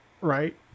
Right